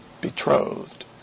betrothed